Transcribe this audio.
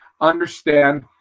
understand